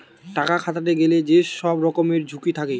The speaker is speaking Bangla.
টাকা খাটাতে গেলে যে সব রকমের ঝুঁকি থাকে